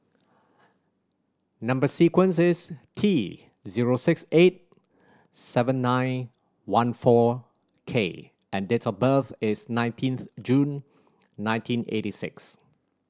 number sequence is T zero six eight seven nine one four K and date of birth is nineteenth June nineteen eighty six